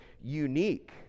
unique